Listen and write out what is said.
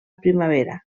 primavera